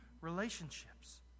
relationships